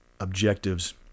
objectives